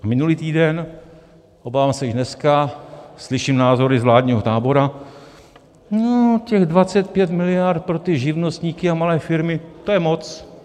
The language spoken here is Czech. Minulý týden, obávám se i dneska, slyším názory z vládního tábora: No těch 25 miliard pro ty živnostníky a malé firmy, to je moc.